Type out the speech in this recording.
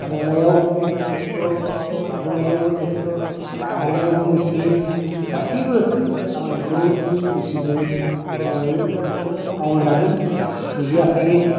हालेवनायाव ट्रेक्ट'र लाबोनायावबो ट्रेक्ट'र हानायावबो मेशिन गासैबो खामानिखौनो मेशिनजों मावनाय मावनो लादों जि आखाइजों